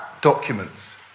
documents